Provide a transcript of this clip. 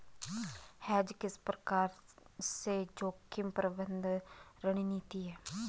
Hedge किस प्रकार से जोखिम प्रबंधन रणनीति है?